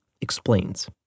explains